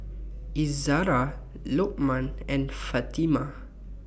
Izzara Lokman and Fatimah